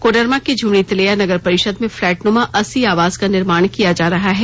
कोडरमा के झमरी तिलैया नगर परिषद में फ्लैट नुमा अससी आवास का निर्माण किया जा रहा है